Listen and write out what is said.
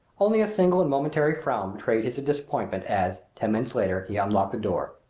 only a single and momentary frown betrayed his disappointment as, ten minutes later, he unlocked the door.